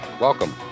Welcome